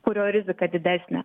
kurio rizika didesnė